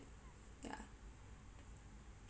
ya